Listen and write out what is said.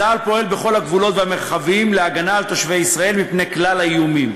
צה"ל פועל בכל הגבולות והמרחבים להגנה על תושבי ישראל מפני כלל האיומים.